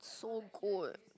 so good